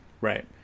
right